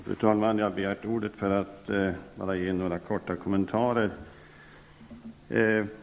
Fru talman! Jag begärde ordet för att göra några korta kommentarer.